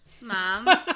Mom